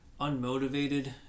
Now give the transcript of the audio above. unmotivated